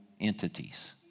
entities